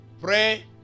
pray